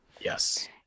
Yes